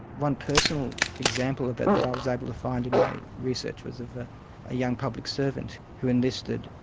one personal example of it that i was able to find in my research was of a ah young public servant who enlisted,